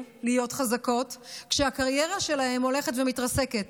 להיות חזקות כשהקריירה שלהן הולכת ומתרסקת?